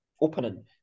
opening